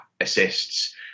assists